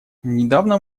недавно